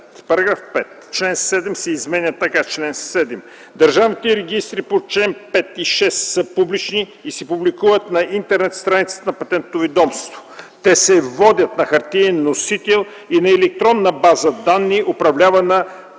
§ 5: „§ 5. Член 7 се изменя така: „Чл. 7. Държавните регистри по чл. 5 и 6 са публични и се публикуват на интернет страницата на Патентното ведомство. Те се водят на хартиен носител и на електронна база данни, управлявана